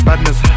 Badness